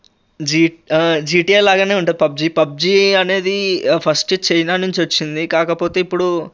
G GTA లాగానే ఉంటది PUBG PUBG అనేది ఫస్ట్ చైనా నుంచి వచ్చింది కాకపోతే ఇప్పుడు